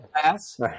pass